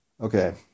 Okay